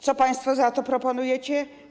Co państwo za to proponujecie?